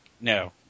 No